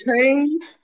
change